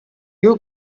you